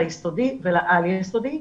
ליסודי ולעל יסודי,